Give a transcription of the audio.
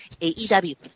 AEW